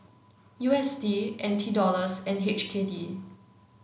U S D N T Dollars and H K D